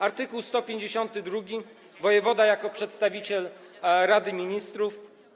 Art. 152 - wojewoda jako przedstawiciel Rady Ministrów.